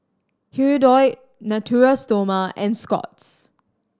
Hirudoid Natura Stoma and Scott's